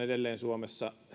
edelleen suomessa